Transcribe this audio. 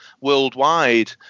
worldwide